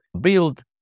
build